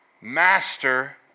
master